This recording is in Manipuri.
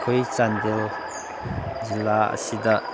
ꯑꯩꯈꯣꯏ ꯆꯥꯟꯗꯦꯜ ꯖꯤꯂꯥ ꯑꯁꯤꯗ